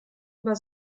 über